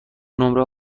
نمره